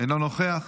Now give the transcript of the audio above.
אינו נוכח,